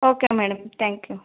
okay madam thank you